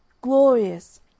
Glorious